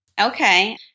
Okay